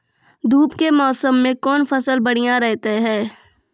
धूप के मौसम मे कौन फसल बढ़िया रहतै हैं?